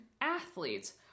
athletes